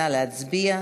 נא להצביע.